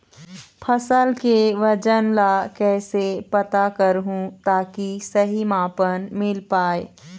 फसल के वजन ला कैसे पता करहूं ताकि सही मापन मील पाए?